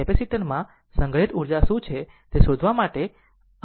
capacitor માં સંગ્રહિત ઊર્જા શું છે તે શોધવા પડશે